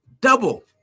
Double